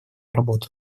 работу